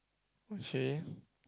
okay